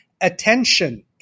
attention